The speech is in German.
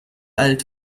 alt